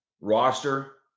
roster